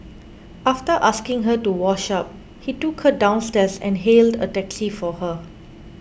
after asking her to wash up he took her downstairs and hailed a taxi for her